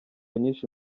nyinshi